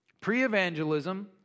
Pre-evangelism